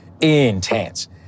intense